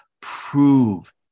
prove